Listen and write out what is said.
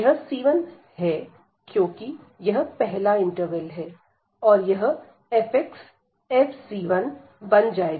यह c1 है क्योंकि यह पहला इंटरवल है और यह fx f बन जाएगा